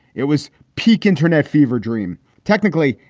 it was peak internet fever dream. technically,